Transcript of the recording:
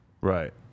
Right